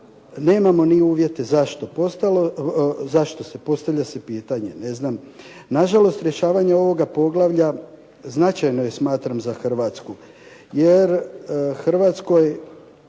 Nemamo ni uvjete. Zašto? Postavlja se pitanje. Ne znam. Na žalost rješavanje ovoga poglavlja značajno je smatram za Hrvatsku, jer hrvatsko